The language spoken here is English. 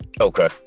Okay